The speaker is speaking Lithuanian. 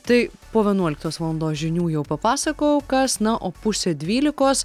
tai po vienuoliktos valandos žinių jau papasakojau kas na o pusę dvylikos